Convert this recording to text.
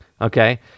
okay